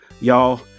Y'all